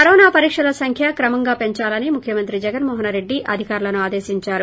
corona పరీక్షల సంఖ్య క్రమంగా పెంచాలని ముఖ్యమంత్రి జగన్మోహన్రెడ్డి అధికారులను ఆదేశించారు